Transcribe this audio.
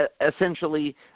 essentially